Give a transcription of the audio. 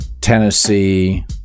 Tennessee